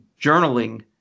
journaling